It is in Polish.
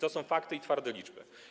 To są fakty, twarde liczby.